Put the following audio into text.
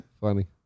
Funny